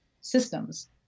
systems